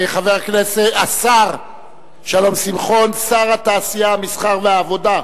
השר שלום שמחון, שר התעשייה, המסחר והעבודה,